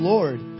Lord